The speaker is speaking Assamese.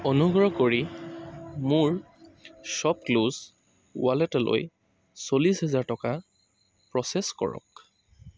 অনুগ্ৰহ কৰি মোৰ শ্ব'পক্লুজ ৱালেটলৈ চল্লিছ হেজাৰ টকা প্ৰ'চেছ কৰক